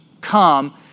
come